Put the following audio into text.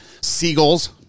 Seagulls